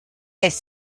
has